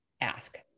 ask